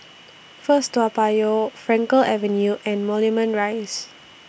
First Toa Payoh Frankel Avenue and Moulmein Rise